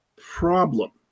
problem